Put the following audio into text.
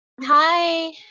Hi